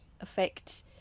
affect